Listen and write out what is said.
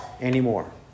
anymore